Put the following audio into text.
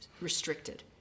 restricted